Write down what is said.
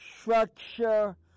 structure